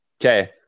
Okay